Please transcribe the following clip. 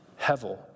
Hevel